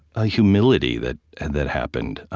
a humility that and that happened.